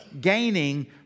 gaining